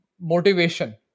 motivation